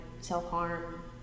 self-harm